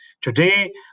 Today